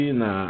na